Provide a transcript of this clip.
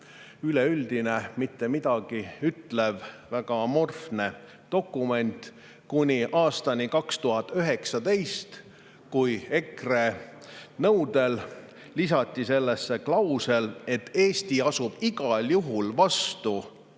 üleüldine, mittemidagiütlev, väga amorfne dokument kuni aastani 2019, kui EKRE nõudel lisati sellesse klausel, et Eesti astub igal juhul vastu